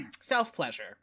self-pleasure